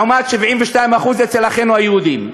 לעומת 72% אצל אחינו היהודים.